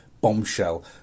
bombshell